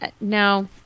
no